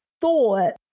thought